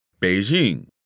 Beijing